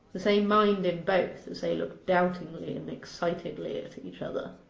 the same mind in both, as they looked doubtingly and excitedly at each other.